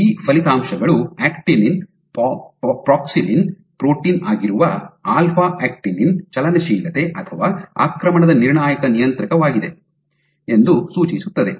ಈ ಫಲಿತಾಂಶಗಳು actin paxillin protein ಆಗಿರುವ ಆಲ್ಫಾ ಆಕ್ಟಿನಿನ್ ಚಲನಶೀಲತೆ ಅಥವಾ ಆಕ್ರಮಣದ ನಿರ್ಣಾಯಕ ನಿಯಂತ್ರಕವಾಗಿದೆ ಎಂದು ಸೂಚಿಸುತ್ತದೆ